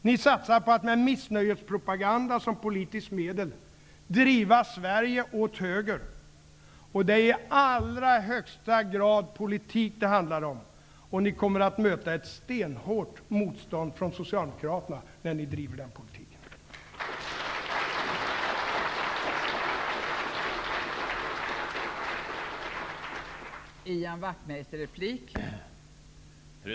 Ni satsar på att med missnöjespropaganda som politiskt medel driva Sverige åt höger. Det är i allra högsta grad politik det handlar om. Ni kommer att möta ett stenhårt motstånd från Socialdemokraterna när ni driver den politiken.